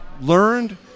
learned